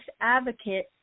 advocate